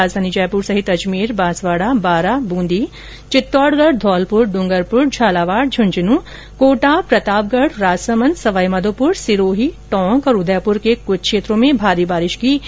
राजधानी जयपुर सहित अजमेर बांसवाड़ा बारां बूंदी चित्तौड़गढ़ धौलपुर डूंगरपुर झालावाड़ झुंझुनू कोटा प्रतापगढ़ राजसमंद सवाई माघोपुर सिरोही टोंक और उदयपुर के कुछ क्षेत्रों में भारी बारिश की चेतावनी दी है